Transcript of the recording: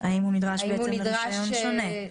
האם נדרש לרישיון שונה?